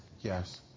yes